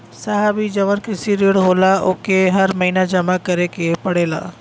साहब ई जवन कृषि ऋण होला ओके हर महिना जमा करे के पणेला का?